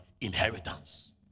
inheritance